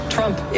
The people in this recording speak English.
Trump